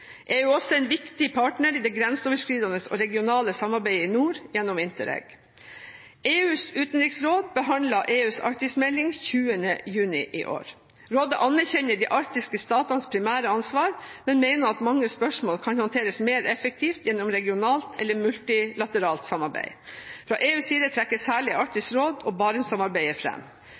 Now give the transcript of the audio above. EU er også en viktig partner i det grenseoverskridende og regionale samarbeidet i nord gjennom Interreg. EUs utenriksråd behandlet EUs arktismelding 20. juni i år. Rådet anerkjenner de arktiske statenes primære ansvar, men mener at mange spørsmål kan håndteres mer effektivt gjennom regionalt eller multilateralt samarbeid. Fra EUs side trekkes særlig Arktisk råd og Barentssamarbeidet